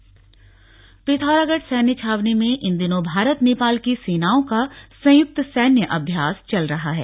सैन्य अभ्यास पिथौरागढ़ सैन्य छावनी में इन दिनों भारत नेपाल की सेनाओं का संयुक्त सैन्य अभ्यास चल रहा है